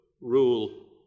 rule